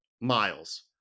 Miles